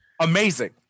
Amazing